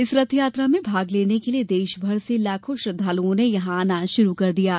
इस रथयात्रा में भाग लेने के लिए देश भर से लाखों श्रद्वालुओं ने यहां आना शुरू कर दिया है